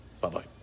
Bye-bye